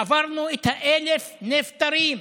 עברנו את 1,000 הנפטרים,